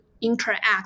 interact